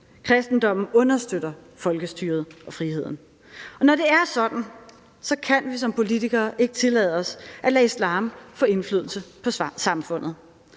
Kristendommen understøtter folkestyret og friheden. Og når det er sådan, kan vi som politikere ikke tillade os at lade islam få indflydelse på samfundet.